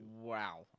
Wow